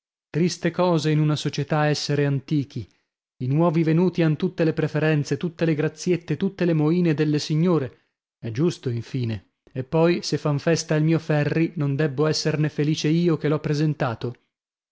triste cosa in una società essere antichi i nuovi venuti han tutte le preferenze tutte le graziette tutte le moine delle signore è giusto infine e poi se fan festa al mio ferri non debbo esserne felice io che l'ho presentato